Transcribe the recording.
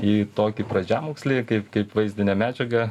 į tokį pradžiamokslį kaip kaip vaizdinę medžiagą